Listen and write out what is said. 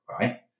right